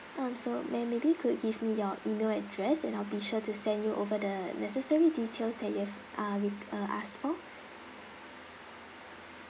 um so ma'am maybe could give me your email address and I'll be sure to send you over the necessary details that you have uh re~ uh asked for